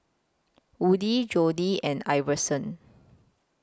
Woodie Jody and Iverson